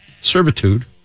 servitude